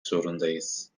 zorundayız